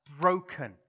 broken